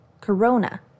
Corona